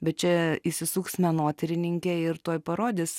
bet čia įsisuks menotyrininkė ir tuoj parodys